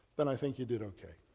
then i think you did ok.